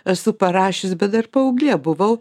esu parašius bet dar paauglė buvau